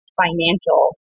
financial